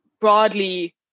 broadly